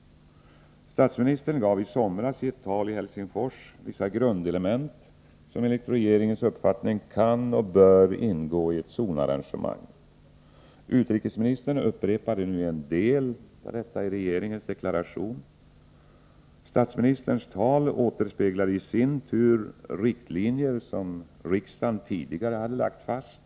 Statsministern angav i somras i ett tal i Helsingfors vissa grundelement som enligt regeringens uppfattning kan och bör ingå i ett zonarrangemang. Utrikesministern upprepade nu en del av detta i regeringens deklaration. Statsministerns tal återspeglade i sin tur riktlinjer som riksdagen tidigare hade lagt fast.